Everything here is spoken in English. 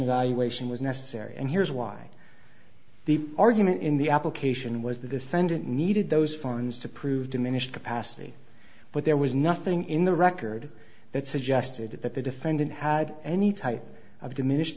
evaluation was necessary and here's why the argument in the application was the defendant needed those funds to prove diminished capacity but there was nothing in the record that suggested that the defendant had any type of diminished